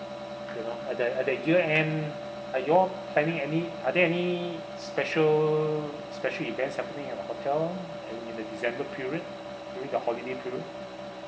you know at the at the year end are you all planning any are there any special special events happening at the hotel and in the december period during the holiday period